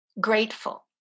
grateful